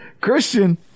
Christian